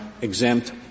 exempt